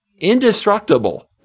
indestructible